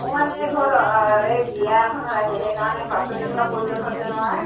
মোৰ মানে ঘৰত এই বিয়া এখন ওলাইছে সেইকাৰণে পাচলি অলপ প্ৰয়োজন হৈছে নহয়